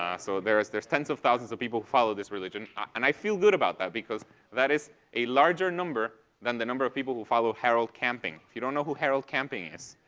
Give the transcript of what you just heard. so there's there's tens of thousands of people who follow this religion. and i feel good about that because that is a larger number than the number of people who follow harold camping. if you don't know who harold camping is,